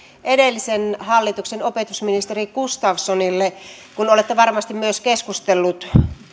edellisen hallituksen opetusministeri gustafssonille kun olette varmasti myös keskustellut